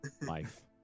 life